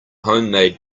homemade